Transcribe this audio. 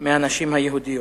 מהנשים היהודיות.